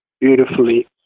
beautifully